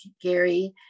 Gary